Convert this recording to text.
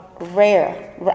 rare